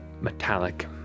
metallic